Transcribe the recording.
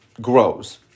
grows